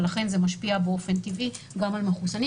ולכן זה משפיע באופן טבעי גם על מחוסנים